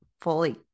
fully